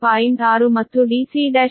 6 ಮತ್ತು dc1a 20